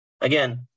again